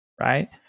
right